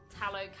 tallow